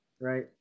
right